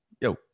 Yo